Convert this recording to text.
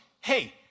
hey